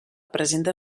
presenta